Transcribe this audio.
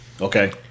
Okay